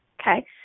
Okay